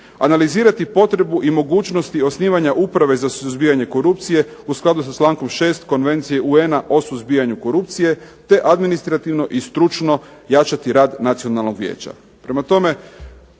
analizirati potrebu i mogućnosti osnivanja uprave za suzbijanje korupcije u skladu sa člankom 6. Konvencije UN-a o suzbijanju korupcije, te administrativno i stručno jačati rad Nacionalnog vijeća". Prema tome,